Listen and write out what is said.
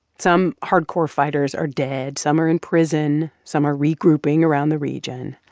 some hardcore fighters are dead, some are in prison, some are regrouping around the region,